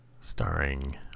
starring